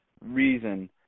reason